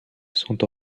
sont